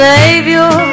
Savior